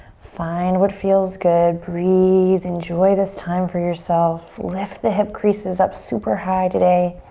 find what feels good. breathe, enjoy this time for yourself. lift the hip creases up super high today.